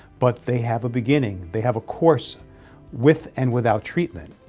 but they have a beginning, they have a course with and without treatment.